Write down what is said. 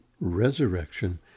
resurrection